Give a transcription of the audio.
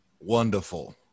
wonderful